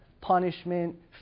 punishment